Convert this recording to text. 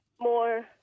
more